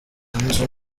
inzu